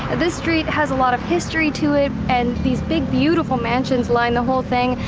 and this street has a lot of history to it and these big beautiful mansions line the whole thing.